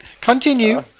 Continue